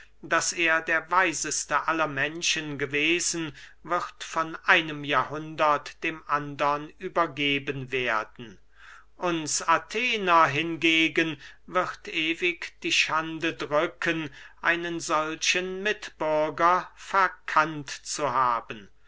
daß er der weiseste aller menschen gewesen wird von einem jahrhundert dem andern übergeben werden uns athener hingegen wird ewig die schande drücken einen solchen mitbürger verkannt zu haben